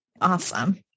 Awesome